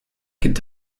could